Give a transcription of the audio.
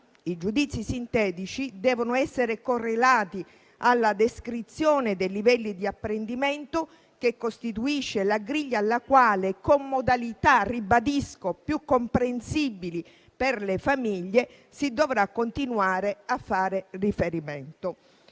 i giudizi sintetici devono essere correlati alla descrizione dei livelli di apprendimento, che costituisce la griglia alla quale, con modalità più comprensibili per le famiglie, si dovrà continuare a fare riferimento.